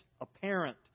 apparent